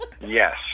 Yes